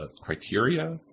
criteria